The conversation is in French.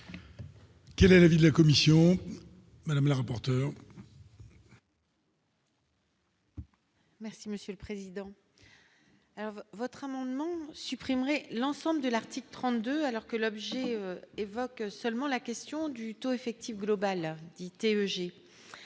Quel est l'avis de la commission madame la rapporteure. Merci monsieur le président, alors votre amendement supprimerait l'ensemble de l'article 32 alors que l'objet évoque seulement la question du taux effectif global, dit TEG